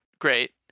Great